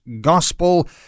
gospel